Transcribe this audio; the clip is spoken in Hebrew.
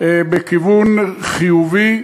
בכיוון חיובי,